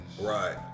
Right